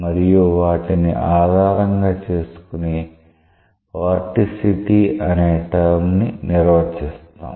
మరియు వాటిని ఆధారంగా చేసుకొని వోర్టిసిటీ అనే టర్మ్ ని నిర్వచిస్తాం